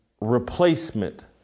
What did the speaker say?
replacement